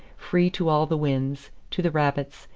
free to all the winds, to the rabbits,